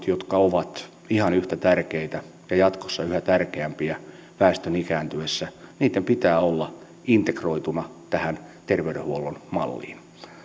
jotka ovat ihan yhtä tärkeitä ja jatkossa yhä tärkeämpiä väestön ikääntyessä pitää olla integroituna tähän terveydenhuollon malliin